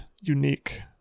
unique